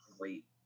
great